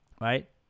right